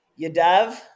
Yadav